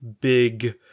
big